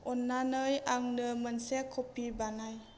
अन्नानै आंनो मोनसे कफि बानाय